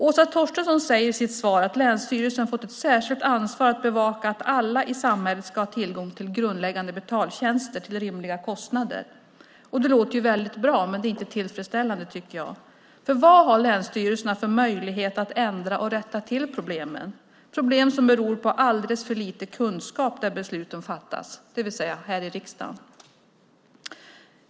Åsa Torstensson säger i sitt svar att länsstyrelserna har fått ett särskilt uppdrag att bevaka att alla i samhället ska ha tillgång till grundläggande betaltjänster till rimliga kostnader. Det låter ju väldigt bra, men jag tycker inte att det är tillfredsställande. Vad har länsstyrelserna för möjlighet att ändra och rätta till problemen, problem som beror på alldeles för lite kunskap där besluten fattas, det vill säga här i riksdagen?